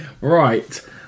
Right